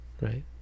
Right